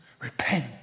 repent